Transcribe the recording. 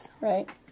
right